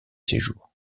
séjour